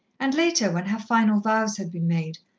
and later, when her final vows had been made,